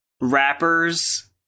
rappers